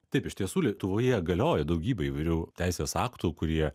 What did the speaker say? taip iš tiesų lietuvoje galioja daugybė įvairių teisės aktų kurie